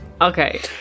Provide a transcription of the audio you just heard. Okay